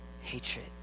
hatred